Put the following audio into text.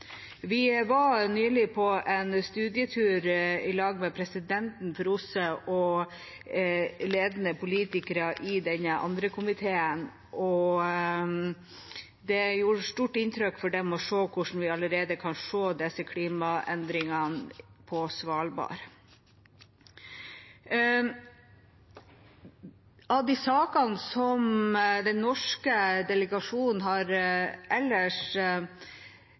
Vi var nylig på en studietur sammen med presidenten for OSSE og ledende politikere i andre komité, og det gjorde stort inntrykk på dem å se hvordan vi allerede kan se klimaendringene på Svalbard. Av de sakene som den norske delegasjonen ellers har